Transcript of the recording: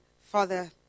Father